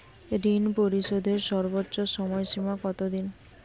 ঋণ পরিশোধের সর্বোচ্চ সময় সীমা কত দিন?